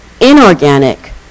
inorganic